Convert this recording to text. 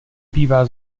bývá